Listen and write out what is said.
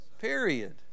Period